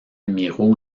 miro